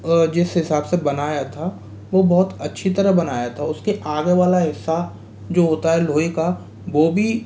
जिस हिसाब से बनाया था वो बहुत अच्छी तरह बनाया था उसके आगे वाला हिस्सा जो होता है लोहे का वो भी